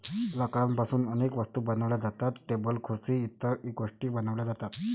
लाकडापासून अनेक वस्तू बनवल्या जातात, टेबल खुर्सी इतर गोष्टीं बनवल्या जातात